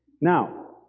Now